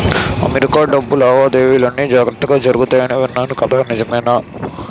America డబ్బు లావాదేవీలన్నీ జాగ్రత్తగా జరుగుతాయని విన్నాను కదా నిజమే